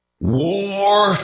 WAR